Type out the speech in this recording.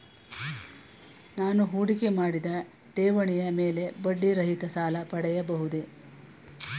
ನಾನು ಹೂಡಿಕೆ ಮಾಡಿದ ಠೇವಣಿಯ ಮೇಲೆ ಬಡ್ಡಿ ರಹಿತ ಸಾಲ ಪಡೆಯಬಹುದೇ?